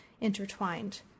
intertwined